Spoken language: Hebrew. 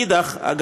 מצד שני,